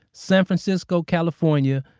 san francisco, california,